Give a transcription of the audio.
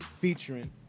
featuring